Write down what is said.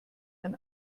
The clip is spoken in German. ein